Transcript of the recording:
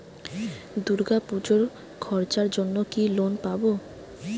দূর্গাপুজোর খরচার জন্য কি লোন পাব?